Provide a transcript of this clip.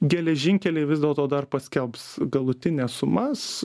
geležinkeliai vis dėlto dar paskelbs galutines sumas